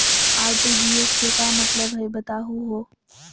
RTGS के का मतलब हई, बताहु हो?